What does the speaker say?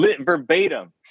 verbatim